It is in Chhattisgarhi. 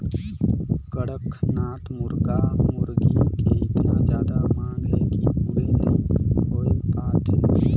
कड़कनाथ मुरगा मुरगी के एतना जादा मांग हे कि पूरे नइ हो पात हे